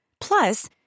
Plus